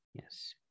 Yes